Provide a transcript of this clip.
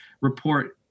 report